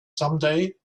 someday